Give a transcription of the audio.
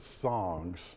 songs